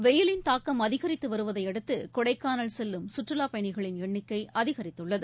வெயிலின் தாக்கம் அதிகரித்து வருவதை அடுத்து கொடைக்கானல் செல்லும் சுற்றுலாப் பயணிகளின் எண்ணிக்கை அதிகரித்துள்ளது